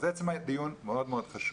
אז עצם הדיון הוא מאוד חשוב.